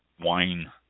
wine